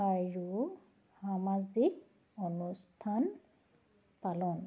আৰু সামাজিক অনুষ্ঠান পালন